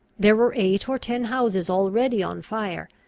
there were eight or ten houses already on fire,